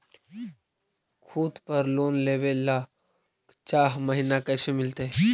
खूत पर लोन लेबे ल चाह महिना कैसे मिलतै?